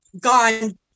gone